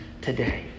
today